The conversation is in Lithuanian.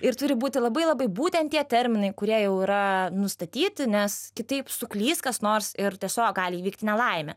ir turi būti labai labai būtent tie terminai kurie jau yra nustatyti nes kitaip suklys kas nors ir tiesiog gali įvykti nelaimė